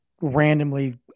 randomly